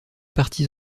parties